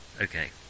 Okay